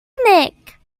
picnic